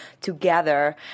together